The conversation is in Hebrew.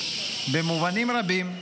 במובנים רבים,